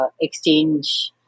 exchange